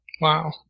Wow